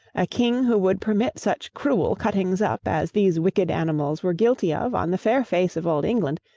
a king who would permit such cruel cuttings-up as these wicked animals were guilty of on the fair face of old england,